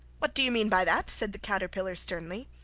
what do you mean by that said the caterpillar sternly.